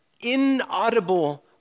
inaudible